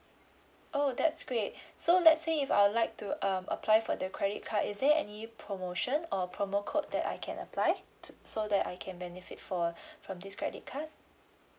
oh that's great so let's say if I will like to um apply for the credit card is there any promotion or promo code that I can apply t~ so that I can benefit for from this credit card